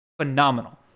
phenomenal